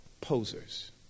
posers